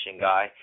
guy